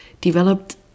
developed